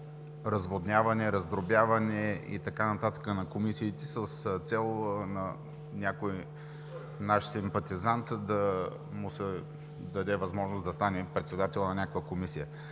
разводняване, раздробяване и така нататък на комисиите с цел на някой наш симпатизант да му се даде възможност да стане председател на някаква комисия.